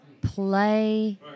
play